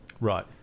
Right